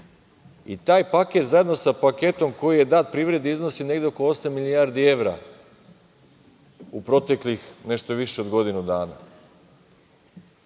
Taj paket zajedno sa paketom koji je dat privredi iznosi negde oko osam milijardi evra u proteklih nešto više od godinu dana.